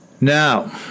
Now